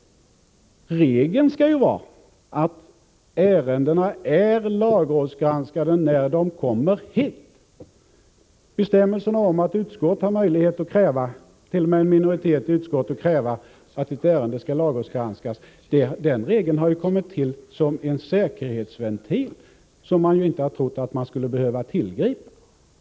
Regeln skall vara att ärendet är lagrådsgranskat när det kommer hit. Bestämmelserna om att t.o.m. en minoritet i utskottet har möjlighet att kräva att ett ärende skall lagrådsgranskas har kommit till som en säkerhetsventil, som man inte trodde att man skulle behöva tillgripa.